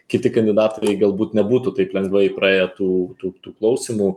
kiti kandidatai galbūt nebūtų taip lengvai praėję tų tų klausymų